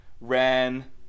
ran